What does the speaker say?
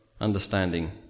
understanding